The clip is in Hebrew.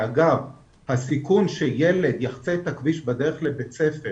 אגב, הסיכון שילד יחצה את הכביש בדרך לבית הספר